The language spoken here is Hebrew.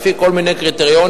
לפי כל מיני קריטריונים.